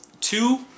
two